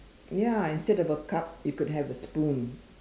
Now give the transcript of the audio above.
ya instead of a cup you could have a spoon